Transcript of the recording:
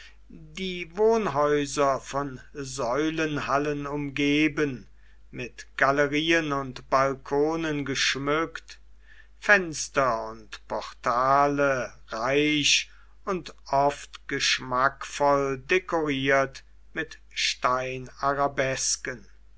die wohnhäuser von säulenhallen umgeben mit galerien und balkonen geschmückt fenster und portale reich und oft geschmackvoll dekoriert mit